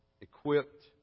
equipped